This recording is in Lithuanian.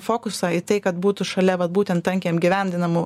fokusą į tai kad būtų šalia vat būtent tankiai apgyvendinamų